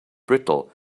brittle